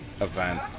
event